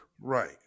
right